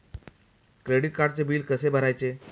Credit कार्डचे bill कसे भरायचे?